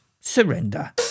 Surrender